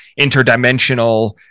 interdimensional